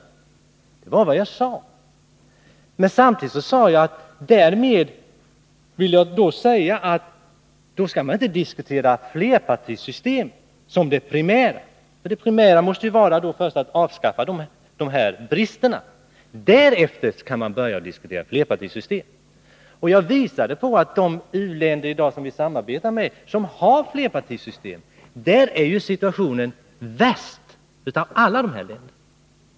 Det var vad jag sade. Det primära måste vara att avskaffa de nämnda bristerna. Därefter kan man börja diskutera flerpartisystem. Bland de länder som vi samarbetar med är situationen värst i de länder som har flerpartisystem.